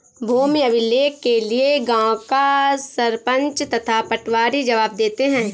भूमि अभिलेख के लिए गांव का सरपंच तथा पटवारी जवाब देते हैं